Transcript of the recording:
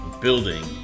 building